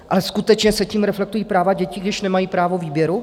Ale skutečně se tím reflektují práva dětí, když nemají právo výběru?